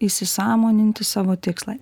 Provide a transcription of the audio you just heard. įsisąmoninti savo tikslą